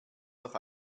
doch